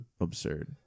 absurd